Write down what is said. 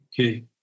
Okay